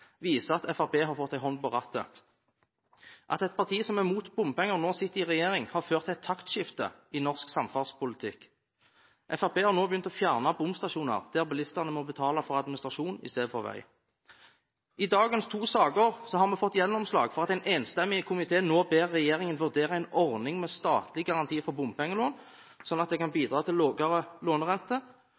viser at Fremskrittspartiet har fått en hånd på rattet. At et parti som er mot bompenger nå sitter i regjering, har ført til et taktskifte i norsk samferdselspolitikk. Fremskrittspartiet har nå begynt å fjerne bomstasjoner, der bilistene må betale for administrasjon istedenfor vei. I de to sakene vi behandler nå, har vi fått gjennomslag for at en enstemmig komité nå ber regjeringen vurdere en ordning med statlig garanti for bompengelån, sånn at det kan bidra til lavere lånerente,